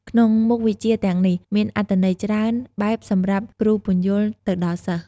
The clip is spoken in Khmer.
ក្នុងមុខវិជ្ជាទាំងនេះ មានអត្ថន័យច្រើនបែបសម្រាប់គ្រូពន្យល់ទៅដល់សិស្ស។